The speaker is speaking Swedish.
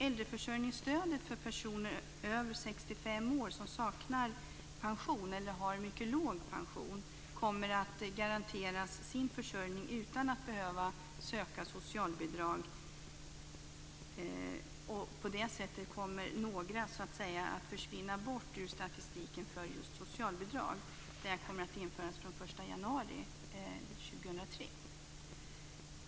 Äldreförsörjningsstödet, som innebär att personer över 65 som saknar pension eller har en mycket låg pension kommer att garanteras försörjning utan att de behöver socialbidrag, gör att några så att säga försvinner från statistiken för socialbidrag. Detta kommer att införas den 1 januari 2003.